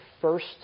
first